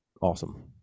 awesome